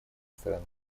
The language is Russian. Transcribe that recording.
стороны